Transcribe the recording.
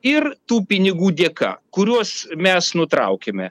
ir tų pinigų dėka kuriuos mes nutraukėme